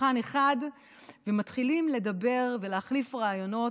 שולחן אחד ומתחילים לדבר ולהחליף רעיונות.